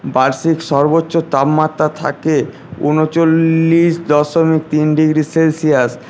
বার্ষিক সর্বোচ্চ তাপমাত্রা থাকে ঊনচল্লিশ দশমিক তিন ডিগ্রি সেলসিয়াস